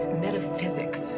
metaphysics